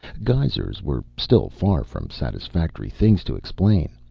geysers were still far from satisfactory things to explain.